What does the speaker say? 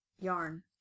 yarn